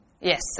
Yes